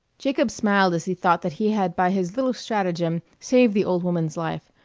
jacob smiled as he thought that he had by his little stratagem saved the old woman's life,